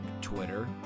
Twitter